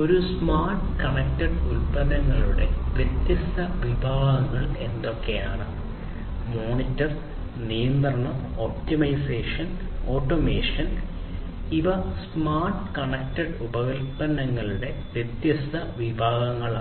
ഈ smart connected ഉൽപ്പന്നങ്ങളുടെ വ്യത്യസ്ത വിഭാഗങ്ങൾ എന്തൊക്കെയാണ് മോണിറ്റർ നിയന്ത്രണം ഒപ്റ്റിമൈസേഷൻ ഓട്ടോമേഷൻ ഇവ സ്മാർട്ട് കണക്റ്റഡ് ഉൽപ്പന്നങ്ങളുടെ വ്യത്യസ്ത വിഭാഗങ്ങളാണ്